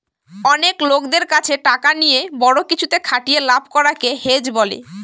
অনেক লোকদের কাছে টাকা নিয়ে বড়ো কিছুতে খাটিয়ে লাভ করাকে হেজ বলে